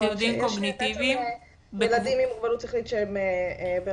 כלומר יש --- ילדים עם מוגבלות שכלית שהם ברמת